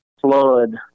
flood